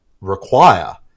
require